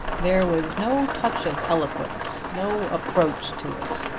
there was no touch of eloquence no approach to it.